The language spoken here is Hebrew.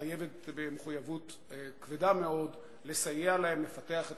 חייבת במחויבות כבדה מאוד לסייע להם לפתח את